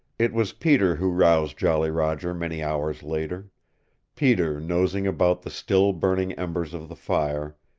it was peter who roused jolly roger many hours later peter nosing about the still burning embers of the fire,